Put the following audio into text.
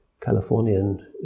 Californian